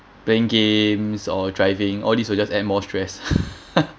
playing games or driving all these will just add more stress